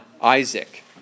Isaac